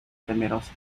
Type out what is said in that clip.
temerosa